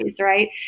right